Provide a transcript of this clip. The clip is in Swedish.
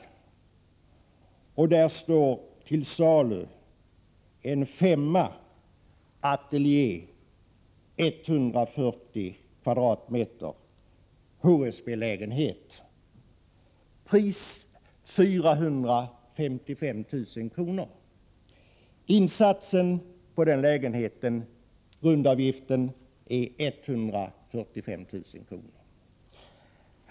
I annonsen står det under Till salu: ”S:a, ateljé, 140 kvm.” Det är en HSB-lägenhet. Pris: 455 000 kr. Grundavgiften för den lägenheten är 145 000 kr.